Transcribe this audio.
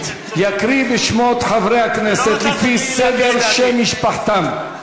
יקרא בשמות חברי הכנסת לפי סדר שם משפחתם,